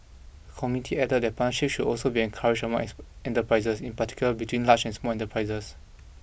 committee added that partnership should also be encouraged among enterprises in particular between large and small enterprises